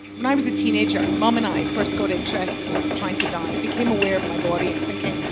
when i was a teenager, mom and i first got interested in trying to diet, became aware of my body and thinking,